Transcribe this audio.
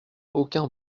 aucun